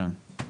כן.